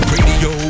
Radio